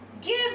Give